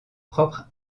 propre